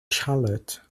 charlotte